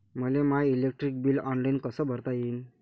मले my electric bill online कस भरता येईन?